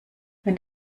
wenn